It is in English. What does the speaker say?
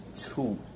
Two